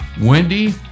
Wendy